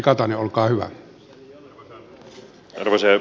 arvoisa herra puhemies